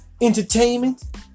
entertainment